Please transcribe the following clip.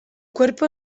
cuerpo